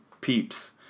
peeps